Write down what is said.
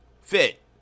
fit